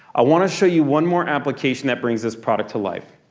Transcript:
i want to show you one more application that brings this product to life.